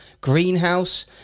Greenhouse